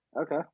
Okay